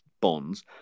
bonds